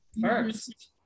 first